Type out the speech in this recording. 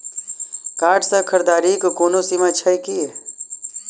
Card सँ खरीददारीक कोनो सीमा छैक की?